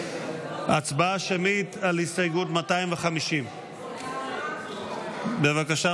הצבעה שמית על הסתייגות 250. בבקשה,